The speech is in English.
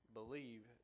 believe